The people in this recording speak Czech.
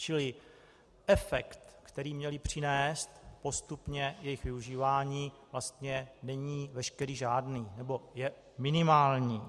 Čili efekt, který mělo přinést postupně jejich využívání, není veškerý žádný nebo je minimální.